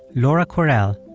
laura kwerel,